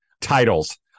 titles